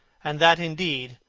and that, indeed,